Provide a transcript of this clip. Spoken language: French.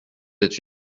êtes